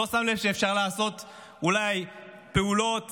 לא שם לב שאפשר אולי לעשות פעולות